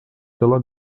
pela